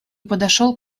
подошел